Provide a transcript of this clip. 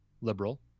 liberal